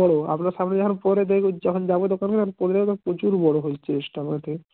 বড়ো আপনার সামনে যখন পরে দেখ যখন যাবো দোকানে তখন পরে দেখবো তখন প্রচুর বড়ো হয়েছে ড্রেসটা আমাকে